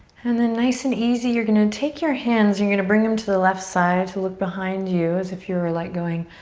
and then nice and easy you're gonna take your hands and you're gonna bring em to the left side to look behind you as if you were like going,